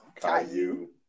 Caillou